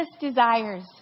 desires